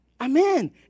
Amen